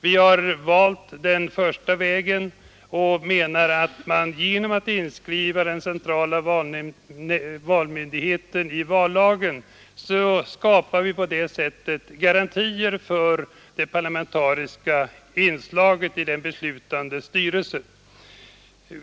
Vi har valt den första vägen och menar att man genom att inskriva den centrala valmyndigheten i vallagen skapar garantier för det parlamentariska inslaget i den beslutande styrelsen.